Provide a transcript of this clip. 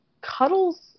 cuddles